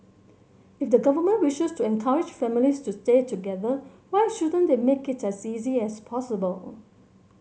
if the government wishes to encourage families to stay together why shouldn't they make it as easy as possible